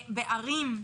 ההורים?